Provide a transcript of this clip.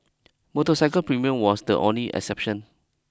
motorcycle premium was the only exception